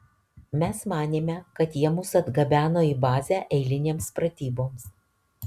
mes manėme kad jie mus atgabeno į bazę eilinėms pratyboms